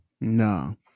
No